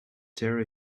there